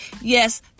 Yes